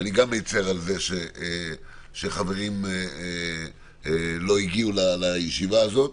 גם אני מצר על זה שחברים לא הגיעו לישיבה הזאת,